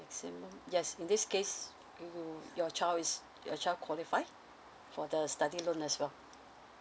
yes this case you your child is your child qualify for the study loan as well